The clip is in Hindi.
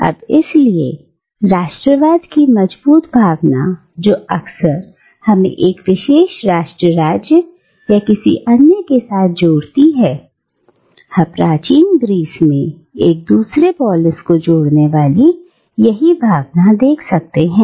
अब इसलिए राष्ट्रवाद की मजबूत भावना जो अक्सर हमें एक विशेष राष्ट्र राज्य या किसी अन्य के साथ जोड़ती है हम प्राचीन ग्रीस में एक दूसरे पोलिस को जोड़ने वाली यही भावना देख सकते थे